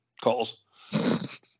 calls